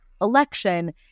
election